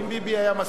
אם ביבי היה מסכים,